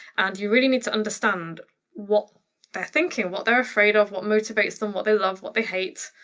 and you really need to understand what they're thinking, what they're afraid of, what motivates them, what they love, what they hate,